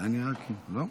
זה נראה, לא?